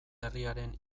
herriaren